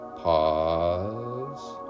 pause